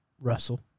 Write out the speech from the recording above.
Russell